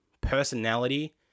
personality